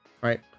right